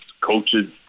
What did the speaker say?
coaches